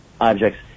objects